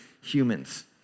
humans